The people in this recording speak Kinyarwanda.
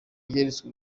yeretswe